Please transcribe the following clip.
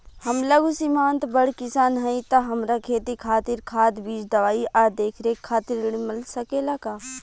हम लघु सिमांत बड़ किसान हईं त हमरा खेती खातिर खाद बीज दवाई आ देखरेख खातिर ऋण मिल सकेला का?